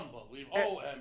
Unbelievable